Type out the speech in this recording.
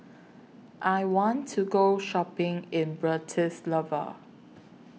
I want to Go Shopping in Bratislava